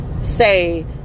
say